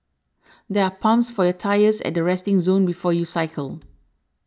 there are pumps for your tyres at the resting zone before you cycle